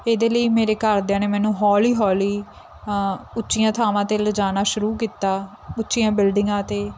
ਇਹਦੇ ਲਈ ਮੇਰੇ ਘਰਦਿਆਂ ਨੇ ਮੈਨੂੰ ਹੌਲੀ ਹੌਲੀ ਉੱਚੀਆਂ ਥਾਵਾਂ 'ਤੇ ਲਿਜਾਣਾ ਸ਼ੁਰੂ ਕੀਤਾ ਉੱਚੀਆਂ ਬਿਲਡਿੰਗਾਂ 'ਤੇ